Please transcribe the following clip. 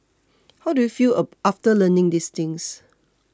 how do you feel after learning these things